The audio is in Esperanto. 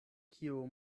kio